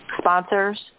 sponsors